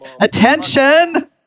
Attention